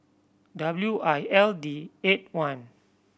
W I L D eight one